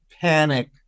panic